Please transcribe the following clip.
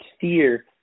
fear